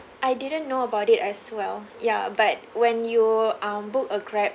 I didn't know about it as well yeah but when you um book a Grab